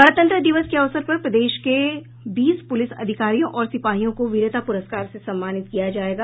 गणतंत्र दिवस के अवसर पर प्रदेश के बीस पुलिस अधिकारियों और सिपाहियों को वीरता पुरस्कार से सम्मानित किया जायेगा